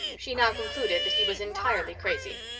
she now concluded that he was entirely crazy.